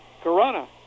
Corona